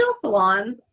salons